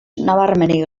nabarmenik